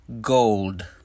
gold